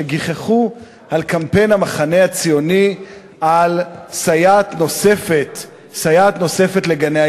שגיחכו על הקמפיין של המחנה הציוני על סייעת נוספת לגני-הילדים.